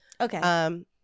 Okay